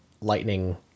lightning